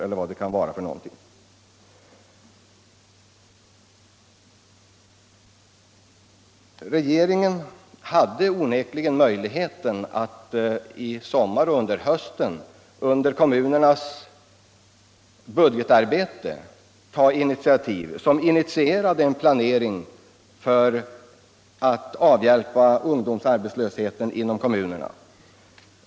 Regeringen hade onekligen under kommunernas budgetarbete i somras och under hösten möjlighet att ta initiativ som kunde leda till en planering för att avhjälpa ungdomsarbetslösheten inom kommunerna.